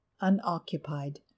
unoccupied